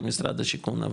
במשרד השיכון,